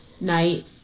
night